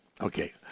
Okay